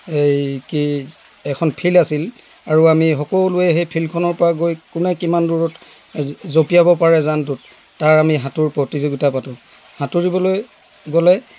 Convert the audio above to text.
এই কি এখন ফিল্ড আছিল আৰু আমি সকলোৱে সেই ফিল্ডখনৰপৰা গৈ কোনে কিমান দূৰত জপিয়াব পাৰে জানটোত তাৰ আমি সাঁতোৰ প্ৰতিযোগিতা পাতোঁ সাঁতোৰিবলৈ গ'লে